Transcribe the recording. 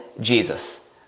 Jesus